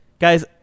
Guys